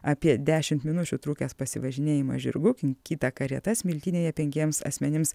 apie dešimt minučių trukęs pasivažinėjimas žirgu kinkyta karieta smiltynėje penkiems asmenims